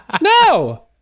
No